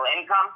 income